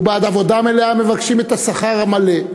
ובעד עבודה מלאה מבקשים את השכר המלא.